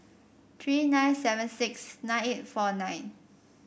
three nine seven six nine eight four nine